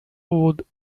would